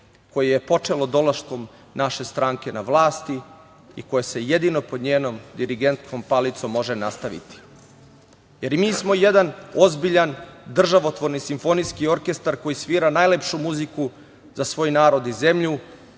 koje je počelo dolaskom naše stranke na vlast i koja se jedino pod njenom dirigentskom palicom može nastaviti. Mi smo jedan ozbiljni državotvorni simfonijski orkestar koji svira najlepšu muziku za svoj narod i zemlju,